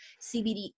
CBD